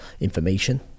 information